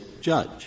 Judge